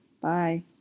Bye